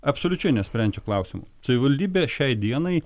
absoliučiai nesprendžia klausimų savivaldybė šiai dienai